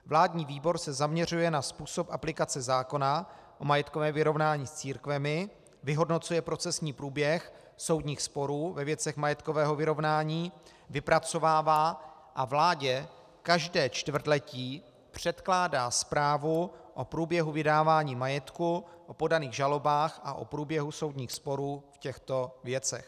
Vládní výbor se zaměřuje na způsob aplikace zákona o majetkovém vyrovnání s církvemi, vyhodnocuje procesní průběh soudních sporů ve věcech majetkového vyrovnání, vypracovává a vládě každé čtvrtletí předkládá zprávu o průběhu vydávání majetku, o podaných žalobách a o průběhu soudních sporů v těchto věcech.